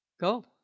go